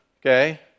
okay